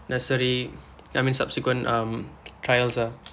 the necessary I mean subsequent um trials ah